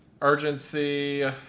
urgency